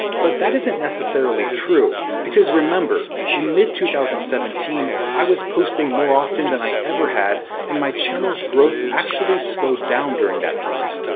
but that isn't necessarily true. because remember, in mid two thousand and seventeen i was posting more often than i ever had and my channel's growth actually slowed down during that time.